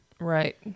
Right